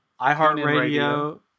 iHeartRadio